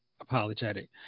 apologetic